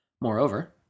Moreover